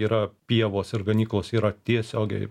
yra pievos ir ganyklos yra tiesiogiai